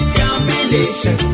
combination